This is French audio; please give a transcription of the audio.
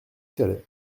calais